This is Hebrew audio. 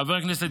חבר הכנסת